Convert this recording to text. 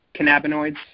cannabinoids